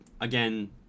Again